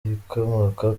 ibikomoka